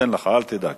אתן לך, אל תדאג.